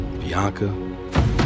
Bianca